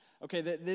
Okay